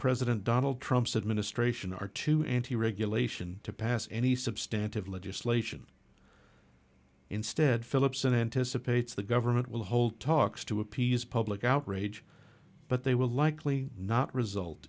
president donald trump's administration are too anti regulation to pass any substantive legislation instead philipson anticipates the government will hold talks to appease public outrage but they will likely not result